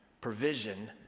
provision